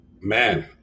man